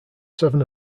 seven